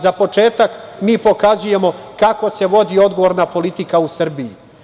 Za početak mi pokazujemo kako se vodi odgovorna politika u Srbiji.